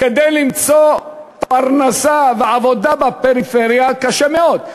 כדי למצוא פרנסה ועבודה בפריפריה, קשה מאוד.